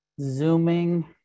Zooming